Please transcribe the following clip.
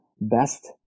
best